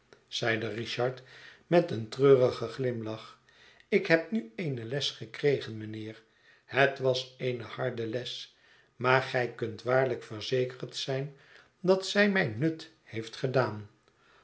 zeide richard met een treurigen glimlach ik heb nu eene les gekregen mijnheer het was eene harde les maar gij kunt waarlijk verzekerd zijn dat zij mij nut heeft gedaan